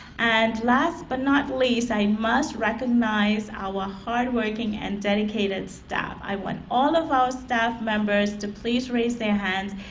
and last but not least i must recognize our hard working and dedicated staff. i want all of our staff members to please raise their hands,